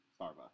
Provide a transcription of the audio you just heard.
Starbucks